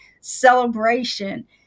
celebration